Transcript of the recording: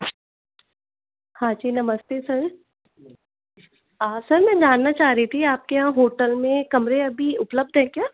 हाँ जी नमस्ते सर सर मैं जानना चाह रही थी आपके यहाँ होटल में कमरे अभी उपलब्ध हैं क्या